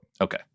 Okay